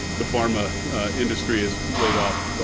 the pharma industry has laid off,